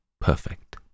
perfect